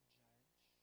judge